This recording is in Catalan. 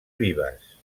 vives